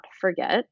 forget